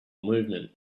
movement